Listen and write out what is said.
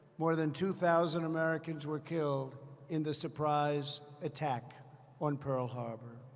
more than two thousand americans were killed in the surprise attack on pearl harbor.